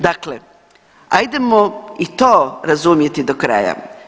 Dakle, hajdemo i to razumjeti do kraja.